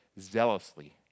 zealously